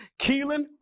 Keelan